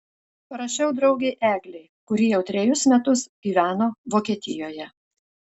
parašiau draugei eglei kuri jau trejus metus gyveno vokietijoje